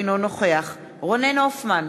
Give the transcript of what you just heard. אינו נוכח רונן הופמן,